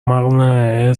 مقنعه